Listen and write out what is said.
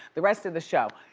the rest of the show.